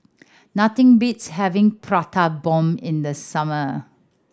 nothing beats having Prata Bomb in the summer